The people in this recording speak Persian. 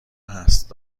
هست